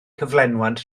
cyflenwad